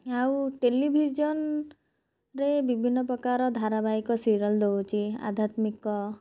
ଆଉ ଟେଲିଭିଜନ୍ରେ ବିଭିନ୍ନ ପ୍ରକାର ଧାରାବାହିକ ସିରିଏଲ୍ ଦେଉଛି ଆଧ୍ୟାତ୍ମିକ